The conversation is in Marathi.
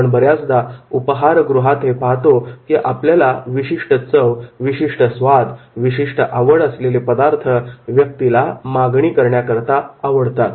आपण बऱ्याचदा उपाहारगृहात हे पाहतो की आपल्याला विशिष्ट चव विशिष्ट स्वाद विशिष्ट आवड असलेले पदार्थ व्यक्तीला मागणी करण्याकरता आवडतात